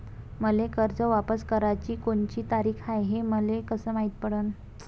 मले कर्ज वापस कराची कोनची तारीख हाय हे कस मालूम पडनं?